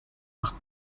par